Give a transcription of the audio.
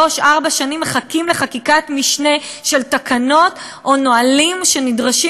מחכים לחקיקת משנה של תקנות או של נהלים שנדרשים